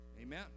Amen